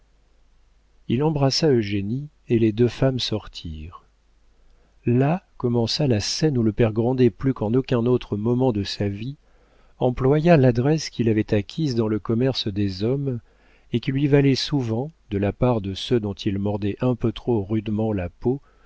il embrassa eugénie et les deux femmes sortirent là commença la scène où le père grandet plus qu'en aucun autre moment de sa vie employa l'adresse qu'il avait acquise dans le commerce des hommes et qui lui valait souvent de la part de ceux dont il mordait un peu trop rudement la peau